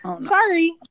Sorry